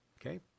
Okay